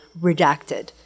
redacted